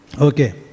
Okay